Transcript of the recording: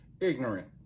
ignorant